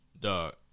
Dog